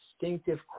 distinctive